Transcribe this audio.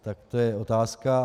Tak to je otázka.